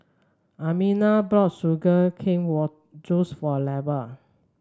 Almina brought Sugar Cane Juice for Lavar